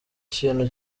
kintu